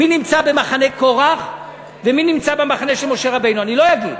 מי נמצא במחנה קורח ומי נמצא במחנה של משה רבנו אני לא אגיד.